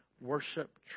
worship